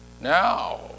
Now